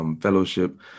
fellowship